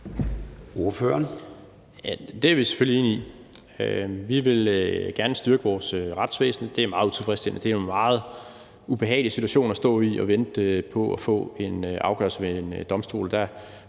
Det er vi selvfølgelig enige i. Vi vil gerne styrke vores retsvæsen. Det er meget utilfredsstillende – det er en meget ubehagelig situation at stå i at vente på at få en afgørelse ved en domstol.